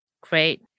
Great